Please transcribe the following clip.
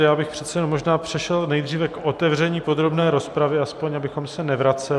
Já bych přece jenom možná přešel nejdříve k otevření podrobné rozpravy aspoň, abychom se nevraceli.